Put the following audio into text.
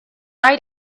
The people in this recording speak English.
right